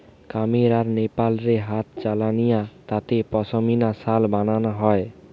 কামীর আর নেপাল রে হাতে চালানিয়া তাঁতে পশমিনা শাল বানানা হয়